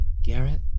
Garrett